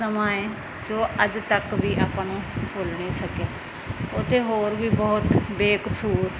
ਸਮਾਂ ਹੈ ਜੋ ਅੱਜ ਤੱਕ ਵੀ ਆਪਾਂ ਨੂੰ ਭੁੱਲ ਨਹੀਂ ਸਕਿਆ ਉੱਥੇ ਹੋਰ ਵੀ ਬਹੁਤ ਬੇਕਸੂਰ